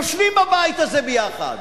יושבים בבית הזה ביחד,